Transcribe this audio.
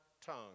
tongue